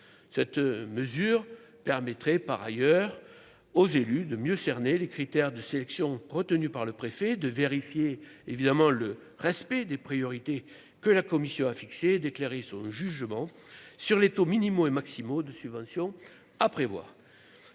cette mesure permettrait par ailleurs aux élus de mieux cerner les critères de sélection retenue par le préfet de vérifier évidemment le respect des priorités que la Commission a fixé d'éclairer son jugement sur les taux minimaux et maximaux de subventions à prévoir